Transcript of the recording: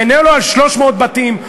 איננו על 300 בתים,